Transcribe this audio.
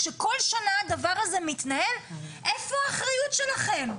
כשכל שנה הדבר הזה מתנהל איפה האחריות שלכם?